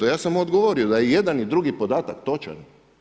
Ja sam mu odgovorio da i jedan i drugi podatak točan.